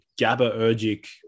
GABAergic